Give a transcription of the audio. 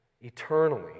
eternally